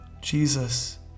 Jesus